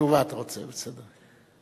תשובה אתה רוצה, בסדר.